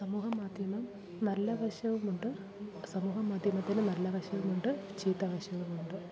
സമൂഹമാധ്യമം നല്ല വശവുമുണ്ട് സമൂഹമാധ്യമത്തിന് നല്ല വശവുമുണ്ട് ചീത്ത വശവുമുണ്ട്